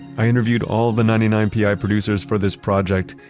i interviewed all the ninety nine pi producers for this project,